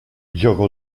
gioco